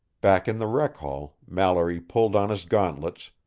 back in the rec-hall, mallory pulled on his gauntlets,